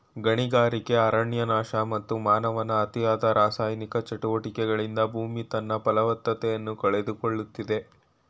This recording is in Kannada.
ಗಣಿಗಾರಿಕೆ, ಅರಣ್ಯನಾಶ, ಮತ್ತು ಮಾನವನ ಅತಿಯಾದ ರಾಸಾಯನಿಕ ಚಟುವಟಿಕೆಗಳಿಂದ ಭೂಮಿ ತನ್ನ ಫಲವತ್ತತೆಯನ್ನು ಕಳೆದುಕೊಳ್ಳುತ್ತಿದೆ